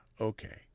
Okay